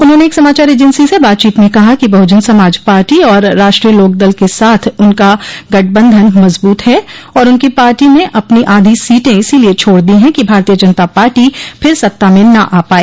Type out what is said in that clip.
उन्होंने एक समाचार एजेंसी से बातचीत में कहा कि बहुजन समाज पार्टी और राष्ट्रीय लोकदल के साथ उनका गठबंधन मजबूत है और उनकी पार्टी ने अपनी आधी सीटें इसीलिए छोड़ दी हैं कि भारतीय जनता पार्टी फिर सत्ता में न आ पाए